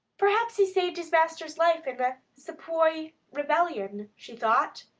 perhaps he saved his master's life in the sepoy rebellion, she thought.